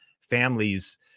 families